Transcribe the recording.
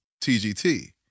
TGT